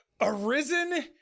Arisen